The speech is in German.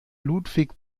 ludwig